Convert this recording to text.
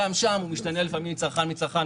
גם שם הוא משתנה לפעמים מצרכן לצרכן,